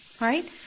Right